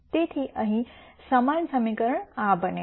તેથી અહીં સમાન સમીકરણ આ બને છે